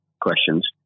questions